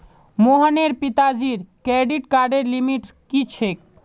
मोहनेर पिताजीर क्रेडिट कार्डर लिमिट की छेक